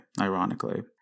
ironically